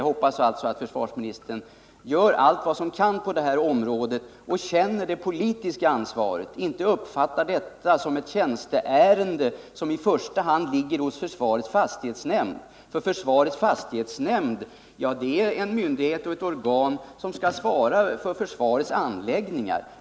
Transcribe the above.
Jag hoppas alltså att försvarsministern gör allt vad han kan på detta område och känner det politiska ansvaret och inte uppfattar det här som ett tjänsteärende, som i första hand ligger hos försvarets fastighetsnämnd. Försvarets fastighetsnämnd är ju ett organ som skall svara för försvarets anläggningar.